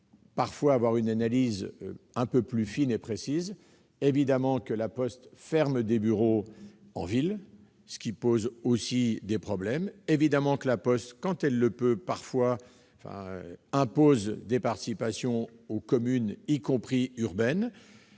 à avoir une analyse un peu plus fine et précise. Évidemment, La Poste ferme des bureaux en ville, ce qui pose aussi des problèmes. Évidemment, elle impose quand elle le peut des participations aux communes, y compris urbaines,